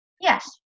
Yes